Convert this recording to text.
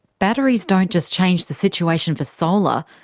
batteries don't just change the situation for solar,